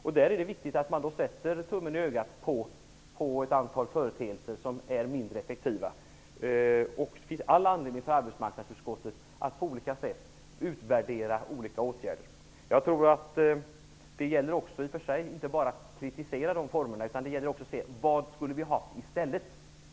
Därför är det viktigt att man så att säga sätter tummen i ögat på ett antal företeelser som är mindre effektiva. Det finns all anledning för arbetsmarknadsutskottet att på olika sätt utvärdera olika åtgärder. Det gäller inte bara att kritisera utan också att se vad vi skulle ha haft i stället.